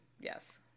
yes